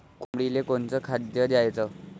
कोंबडीले कोनच खाद्य द्याच?